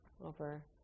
over